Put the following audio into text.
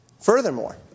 Furthermore